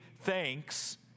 thanks